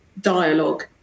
dialogue